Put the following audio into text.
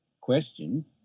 questions